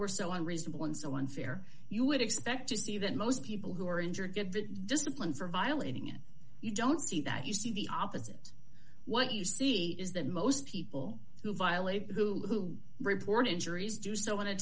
were so on reasonable and so unfair you would expect to see that most people who are injured get the discipline for violating it you don't see that you see the opposite what you see is that most people who violate who report injuries do so